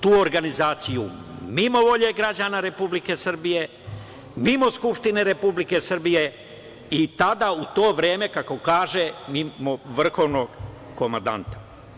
Tu organizaciju mimo volje građana Republike Srbije, mimo Skupštine Republike Srbije i tada u to vreme kako kaže, mimo vrhovnog komandanta.